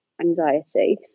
anxiety